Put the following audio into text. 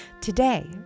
Today